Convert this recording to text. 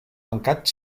mancat